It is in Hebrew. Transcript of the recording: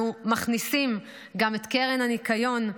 אנחנו מכניסים גם את קרן הניקיון,